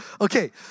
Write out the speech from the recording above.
Okay